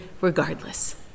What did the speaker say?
regardless